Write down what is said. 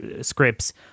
scripts